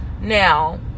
now